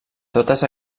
totes